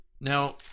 Now